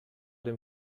dem